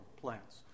plants